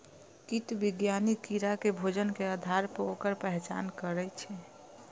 कीट विज्ञानी कीड़ा के भोजन के आधार पर ओकर पहचान करै छै